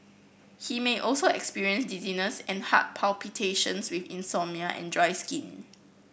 he may also experience dizziness and heart palpitations with insomnia and dry skin